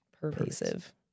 Pervasive